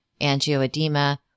angioedema